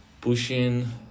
pushing